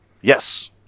Yes